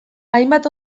hainbat